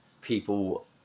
people